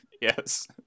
Yes